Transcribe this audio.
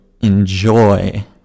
enjoy